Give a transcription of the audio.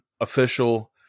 official